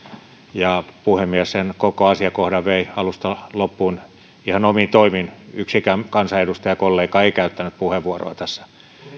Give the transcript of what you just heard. ja puhemies sen koko asiakohdan vei alusta loppuun ihan omin toimin yksikään kansanedustajakollega ei käyttänyt puheenvuoroa tässä